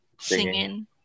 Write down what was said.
singing